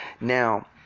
Now